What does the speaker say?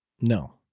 No